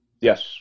Yes